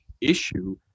issue